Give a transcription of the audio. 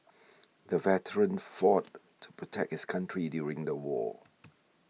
the veteran fought to protect his country during the war